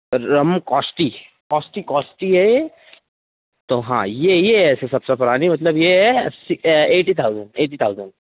रम है कौस्टी कौस्टी कौस्टी है ये तो हाँ ये यही है सबसे पुरानी मतलब ये है अस्सी एटी थाउजैंड एटी थाउजैंड